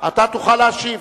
אתה תוכל להשיב.